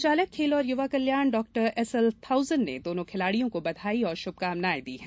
संचालक खेल और युवा कल्याण डॉ एसएल थाउसेन ने दोनों खिलाडियों को बधाई और शुभकामनाएं दी है